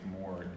more